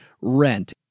rent